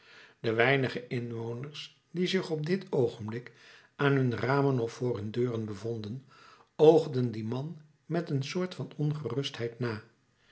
de weinige inwoners die zich op dit oogenblik aan hun ramen of voor hun deuren bevonden oogden dien man met een soort van ongerustheid na